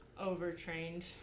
Overtrained